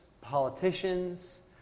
politicians